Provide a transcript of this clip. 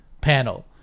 panel